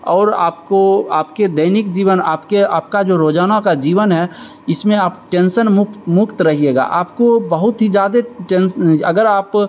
और आपको आपके दैनिक जीवन आपके आपका जो रोज़ाना का जीवन है इसमें आप टेन्शन मुक्त मुक्त रहिएगा आपको बहुत ही ज़्यादा टेंस अगर आप